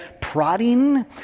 prodding